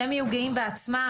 שהם יהיו גאים בעצמם,